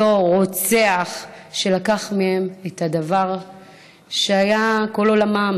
אותו רוצח שלקח מהם את הדבר שהיה כל עולמם,